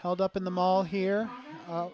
held up in the mall here